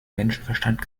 menschenverstand